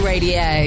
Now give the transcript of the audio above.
Radio